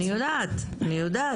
אני יודעת, אני יודעת.